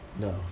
No